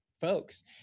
folks